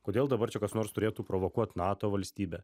kodėl dabar čia kas nors turėtų provokuot nato valstybę